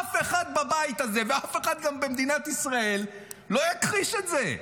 אף אחד בבית הזה וגם אף אחד במדינת ישראל לא יכחיש את זה: